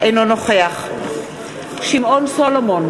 אינו נוכח שמעון סולומון,